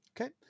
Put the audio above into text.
Okay